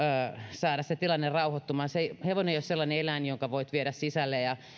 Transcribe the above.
saada se tilanne rauhoittumaan hevonen ei ole sellainen eläin jonka voit viedä sisälle ja